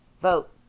Vote